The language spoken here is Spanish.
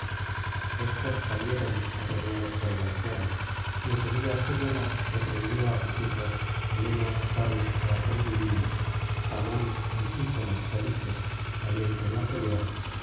estos salieron apremiados por el anciano y en seguida príamo reprendió á sus hijos heleno paris agatón divino pamón antífono polites valiente en la pelea